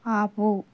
ఆపు